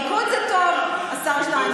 ריקוד זה טוב, השר שטייניץ.